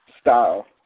style